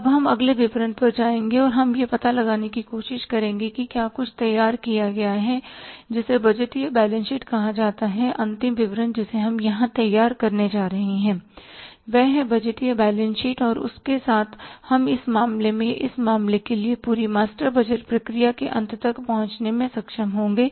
अब हम अगले विवरण पर जाएंगे और हम यह पता लगाने की कोशिश करेंगे कि क्या कुछ तैयार किया गया है जिसे बजटीय बैलेंस शीट कहा जाता है अंतिम विवरण जिसे हम यहां तैयार करने जा रहे हैं वह है बजटीय बैलेंस शीट और उस के साथ हम इस मामले में या इस मामले के लिए पूरी मास्टर बजट प्रक्रिया के अंत तक पहुंचने में सक्षम होंगे